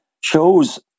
shows